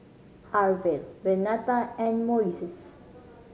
Arvel Bernetta and Moises